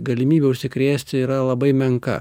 galimybė užsikrėsti yra labai menka